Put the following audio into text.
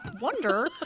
wonder